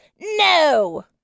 no